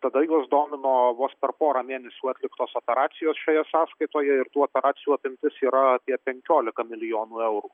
tada juos domino vos per porą mėnesių atliktos operacijos šioje sąskaitoje ir tų operacijų apimtis yra apie penkiolika milijonų eurų